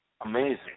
Amazing